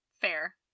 Fair